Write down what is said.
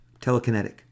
telekinetic